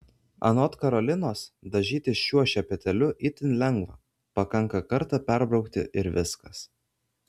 anot karolinos dažytis šiuo šepetėliu itin lengva pakanka kartą perbraukti ir viskas